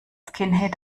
skinhead